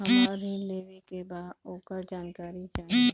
हमरा ऋण लेवे के बा वोकर जानकारी चाही